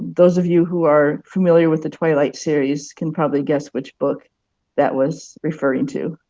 those of you who are familiar with the twilight series can probably guess which book that was referring to.